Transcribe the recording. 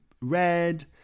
red